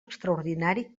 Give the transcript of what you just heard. extraordinari